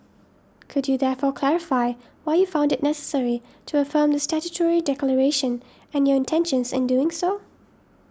could you therefore clarify why you found it necessary to affirm the statutory declaration and your intentions in doing so